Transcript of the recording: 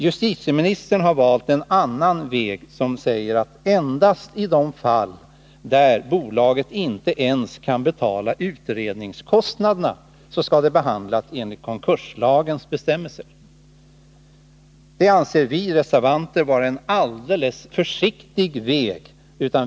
Justitieministern har valt en annan väg, nämligen att bolaget endast i de fall där det inte ens kan betala utredningskostnaderna skall behandlas enligt konkurslagens bestämmelser. Det anser vi reservanter vara en alldeles för försiktig väg.